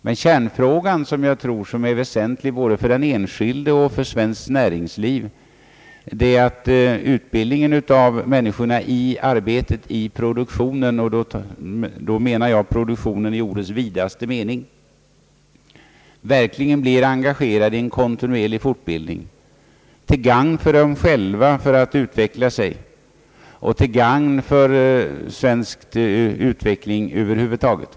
Men kärnfrågan, som jag tror är väsentlig både för den enskilde och för svenskt näringsliv, är att utbildningen av människorna i produktionen — då menar jag produktionen i ordets vidaste mening — verkligen blir engagerad i en kontinuerlig fortbildning, till gagn för människorna själva så att de utvecklar sig, och till gagn för svensk utveckling över huvud taget.